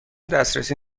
دسترسی